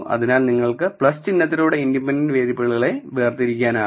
അതിനാൽ നിങ്ങൾക്ക് ചിഹ്നത്തിലൂടെ ഇൻഡിപെൻഡെന്റ് വേരിയബിളുകളെ വേർതിരിക്കാനാകും